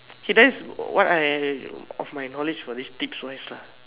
he does what I of my knowledge was his tips wise lah